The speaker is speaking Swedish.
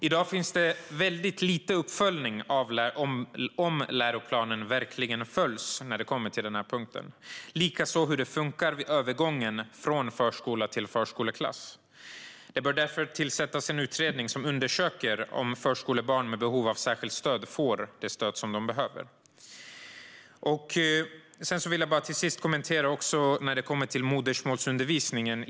I dag finns det väldigt lite uppföljning av om läroplanen verkligen följs, likaså hur det fungerar vid övergången från förskolan till förskoleklass. Det bör därför tillsättas en utredning som undersöker om förskolebarn med behov av särskilt stöd får det stöd som de behöver. Till sist vill jag kommentera det som sas om modersmålsundervisningen.